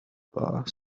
bar